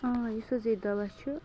ٲں یُس حظ ییٚتہِ دَوا چھُ